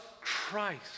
Christ